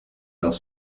noch